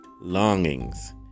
longings